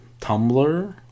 Tumblr